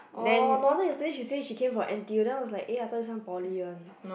oh no wonder yesterday she say she came from N_T_U then I was like eh I thought this one Poly one